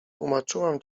tłumaczyłam